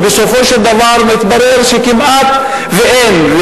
ובסופו של דבר מתברר שכמעט שאין.